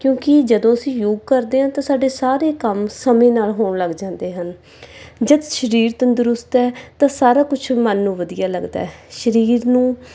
ਕਿਉਂਕਿ ਜਦੋਂ ਅਸੀਂ ਯੋਗ ਕਰਦੇ ਹਾਂ ਤਾਂ ਸਾਡੇ ਸਾਰੇ ਕੰਮ ਸਮੇਂ ਨਾਲ ਹੋਣ ਲੱਗ ਜਾਂਦੇ ਹਨ ਜਦ ਸਰੀਰ ਤੰਦਰੁਸਤ ਹੈ ਤਾਂ ਸਾਰਾ ਕੁਛ ਮਨ ਨੂੰ ਵਧੀਆ ਲੱਗਦਾ ਸਰੀਰ ਨੂੰ